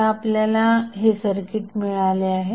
आता आपल्याला हे सर्किट मिळाले आहे